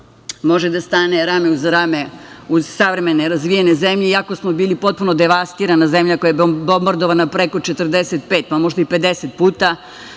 može da stane rame uz rame uz savremene razvijene zemlje, iako smo bili potpuno devastirana zemlja, koja je bombardovana preko 45, pa možda i 50 puta.